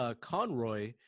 Conroy